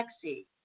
sexy